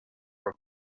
del